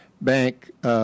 bank